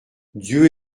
dieu